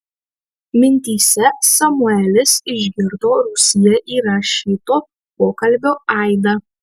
mintyse samuelis išgirdo rūsyje įrašyto pokalbio aidą